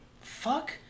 Fuck